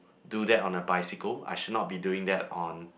do that on the bicycle I should not be doing that on